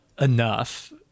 enough